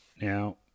Now